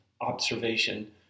observation